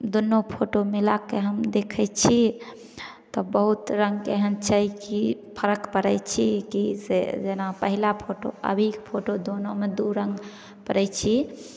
दुन्नू फोटो मिलाकऽ हम देखै छी तऽ बहुत रंगके एहन छै कि फरक पड़ै छी कि से जेना पहिला फोटो अभीके फोटो दोनोमे दू रंग करै छी